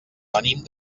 venim